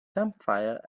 campfire